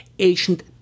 Ancient